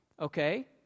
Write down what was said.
okay